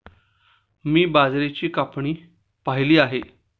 मी बाजरीची कापणी पाहिली आहे